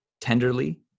tenderly